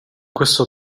questo